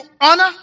honor